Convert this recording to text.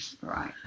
Right